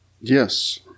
Yes